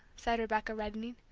said rebecca, reddening.